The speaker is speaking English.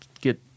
Get